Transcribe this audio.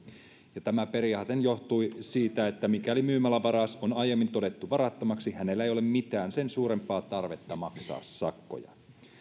tämä periaatehan johtui siitä että mikäli myymälävaras on aiemmin todettu varattomaksi hänellä ei ole mitään sen suurempaa tarvetta maksaa sakkoja